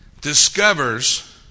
discovers